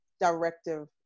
directive